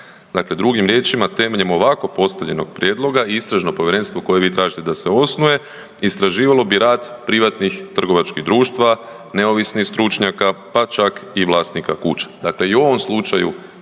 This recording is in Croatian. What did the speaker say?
Dakle drugim riječima, temeljem ovako postavljenog prijedloga istražno povjerenstvo koje vi tražite da se osnuje, istraživalo bi rad privatnih trgovačkih društva, neovisnih stručnjaka, pa čak i vlasnika kuća. Dakle, i u ovom slučaju